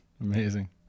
Amazing